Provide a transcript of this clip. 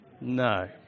No